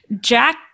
Jack